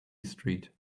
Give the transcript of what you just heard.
street